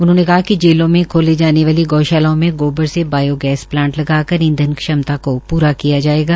उन्होंने कहा कि जेलों में खोले जाने वाली गौशालाओं में गौवंश के गोबर से बायोगैस प्लांट लगाकर जेल की ईंधन क्षमता को पर प्रा किया जाएगा